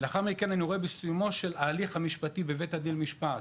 לאחר מכן אני רואה מה קרה בסיומו של ההליך בבית הדין למשמעת,